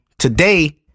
Today